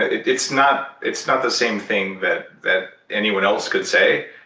it's not it's not the same thing that that anyone else could say,